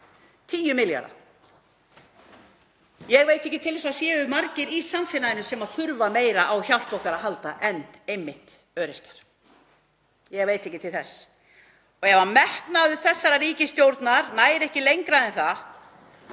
10 milljarða. Ég veit ekki til þess að það séu margir í samfélaginu sem þurfa meira á hjálp okkar að halda en einmitt öryrkjar. Ég veit ekki til þess. Ef metnaður þessarar ríkisstjórnar nær ekki lengra en það